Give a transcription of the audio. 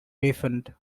refund